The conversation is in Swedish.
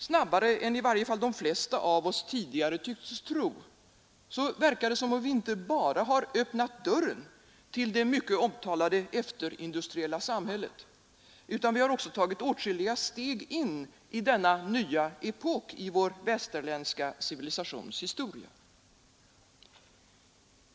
Snabbare än i varje fall de flesta av oss tidigare trodde tycks vi inte bara ha öppnat dörren till det mycket omtalade efterindustriella samhället utan också tagit åtskilliga steg in i denna nya epok i vår västerländska civilisations historia.